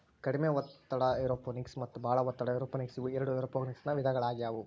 ಕಡಿಮೆ ಒತ್ತಡ ಏರೋಪೋನಿಕ್ಸ ಮತ್ತ ಬಾಳ ಒತ್ತಡ ಏರೋಪೋನಿಕ್ಸ ಇವು ಎರಡು ಏರೋಪೋನಿಕ್ಸನ ವಿಧಗಳಾಗ್ಯವು